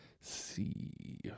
See